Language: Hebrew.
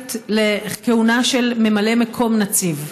המקסימלית לכהונה של ממלא מקום נציב?